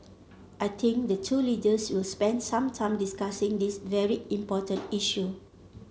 I think the two leaders will spend some time discussing this very important issue